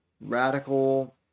radical